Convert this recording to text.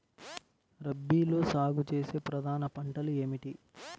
రబీలో సాగు చేసే ప్రధాన పంటలు ఏమిటి?